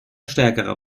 stärkere